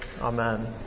amen